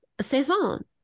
Saison